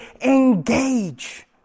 engage